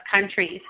countries